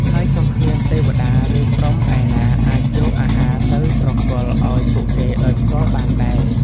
ហើយក៏គ្មានទេវតា ឬព្រហ្មឯណាអាចយកអាហារទៅប្រគល់ឱ្យពួកគេដោយផ្ទាល់បានដែរ។